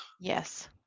yes